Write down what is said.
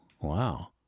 wow